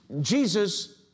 Jesus